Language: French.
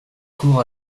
cours